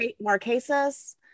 Marquesas